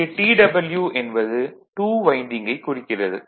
இங்கு "TW" என்பது 2 வைண்டிங்கைக் குறிக்கிறது